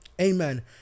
Amen